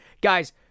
guys